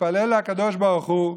להתפלל לקדוש ברוך הוא: